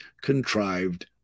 contrived